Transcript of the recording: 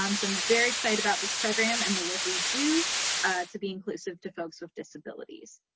um so i'm very excited about this program and the work we do to be inclusive to folks with disabilities.